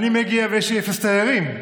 אני מגיע ויש לי אפס תיירים.